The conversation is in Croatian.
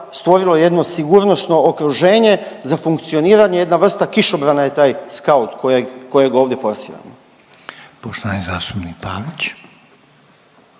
stvorilo jedno sigurnosno okruženje za funkcioniranje, jedna vrsta kišobrana je taj SKAUT kojeg ovdje forsiramo. **Reiner, Željko